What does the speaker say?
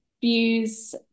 views